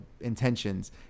intentions